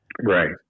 Right